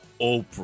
Oprah